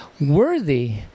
worthy